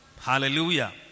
Hallelujah